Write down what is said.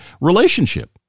relationship